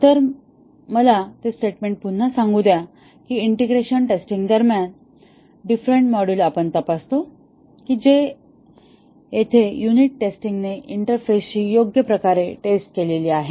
तर मला ते स्टेटमेंट पुन्हा सांगू द्या की इंटिग्रेशन टेस्टिंग दरम्यान डिफरेन्ट मॉड्यूल आपण तपासतो की जेथे युनिट टेस्टिंगने इंटरफेसची योग्य प्रकारे टेस्ट केली आहे